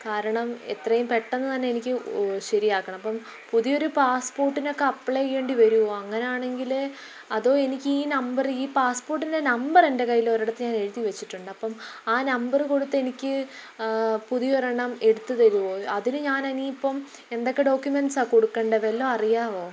കാരണം എത്രയും പെട്ടെന്ന് തന്നെ എനിക്ക് ശരിയാക്കണം അപ്പം പുതിയൊരു പാസ്പോർട്ടിനൊക്കെ അപ്ലൈ ചെയ്യേണ്ടിവരുമോ അങ്ങനെയാണെങ്കിൽ അതോ എനിക്ക് ഈ നമ്പർ ഈ പാസ്പോട്ടിൻ്റെ നമ്പർ എൻ്റെ കയ്യിൽ ഒരിടത്ത് ഞാൻ എഴുതി വെച്ചിട്ടുണ്ട് അപ്പം ആ നമ്പർ കൊടുത്ത് എനിക്ക് പുതിയ ഒരെണ്ണം എടുത്തുതരുമോ അതിന് ഞാൻ ഇനി ഇപ്പം എന്തൊക്കെ ഡോക്യുമെൻറ്സ് ആണ് കൊടുക്കേണ്ടത് വല്ലതും അറിയാമോ